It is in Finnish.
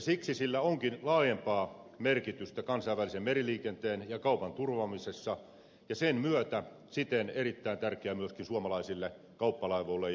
siksi sillä onkin laajempaa merkitystä kansainvälisen meriliikenteen ja kaupan turvaamisessa ja sen myötä se on siten erittäin tärkeä myöskin suomalaisille kauppalaivoille ja merenkululle